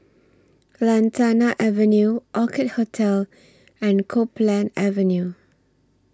Lantana Avenue Orchid Hotel and Copeland Avenue